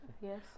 Yes